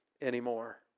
anymore